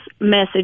message